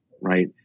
right